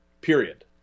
period